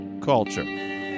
culture